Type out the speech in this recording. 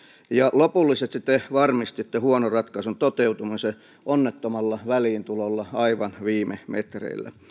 lopullisesti te varmistitte huonon ratkaisun toteutumisen onnettomalla väliintulolla aivan viime metreillä